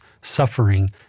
suffering